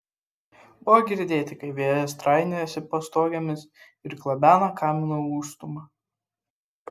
buvo girdėti kaip vėjas trainiojasi pastogėmis ir klabena kamino užstūmą